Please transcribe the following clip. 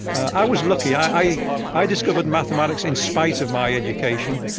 i was lucky. i i discovered mathematics in spite of my education,